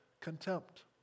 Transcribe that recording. contempt